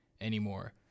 anymore